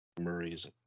Murray's